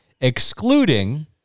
excluding